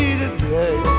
today